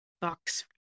box